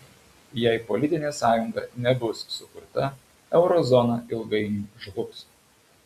jei politinė sąjunga nebus sukurta euro zona ilgainiui žlugs